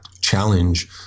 challenge